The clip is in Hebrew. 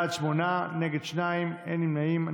בעד, שמונה נגד, שניים, אין נמנעים.